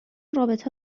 رابطه